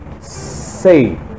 say